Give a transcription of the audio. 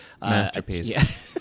Masterpiece